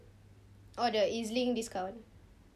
oh the E_Z link discount